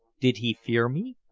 did he fear me?